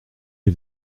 les